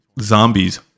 zombies